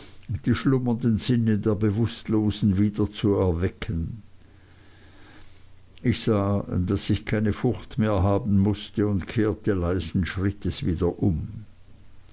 die schlummernden sinne der bewußtlosen wieder zu erwecken ich sah daß ich keine furcht mehr haben mußte und kehrte leisen schrittes wieder um